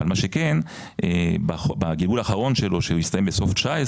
אבל מה שכן בגלגול האחרון שלו שהוא הסתיים בסוף 2019